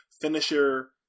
finisher